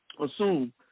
assume